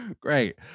Great